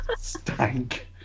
stank